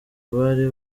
bari